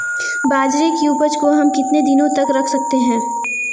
बाजरे की उपज को हम कितने दिनों तक रख सकते हैं?